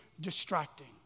distracting